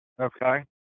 Okay